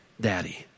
daddy